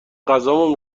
غذامو